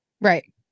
Right